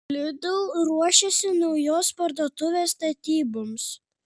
lidl ruošiasi naujos parduotuvės statyboms